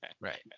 right